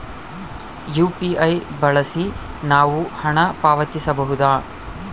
UPI ಬಳಸಿ ನಾವು ಹಣ ಪಾವತಿಸಬಹುದಾ?